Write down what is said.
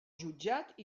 jutjat